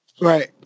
Right